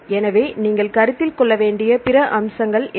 எனவே நீங்கள் கருத்தில் கொள்ள வேண்டிய பிற அம்சங்கள் என்ன